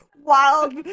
wild